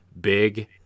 big